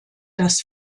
das